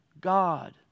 God